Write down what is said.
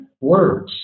words